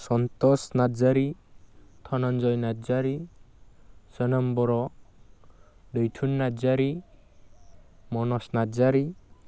Santosh Narzary Dhananjay Narzary Sonam Boro Daithun Narzary Manoj Narzary